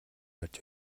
барьж